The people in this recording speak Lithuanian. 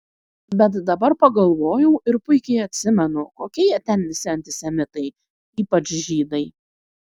bet dabar pagalvojau ir puikiai atsimenu kokie jie ten visi antisemitai ypač žydai